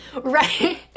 Right